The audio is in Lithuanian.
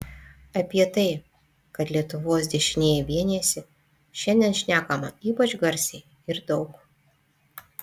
apie tai kad lietuvos dešinieji vienijasi šiandien šnekama ypač garsiai ir daug